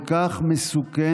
כל כך מסוכנת